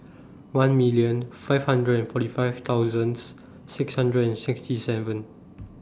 one million five hundred and forty five thousands six hundred and sixty seven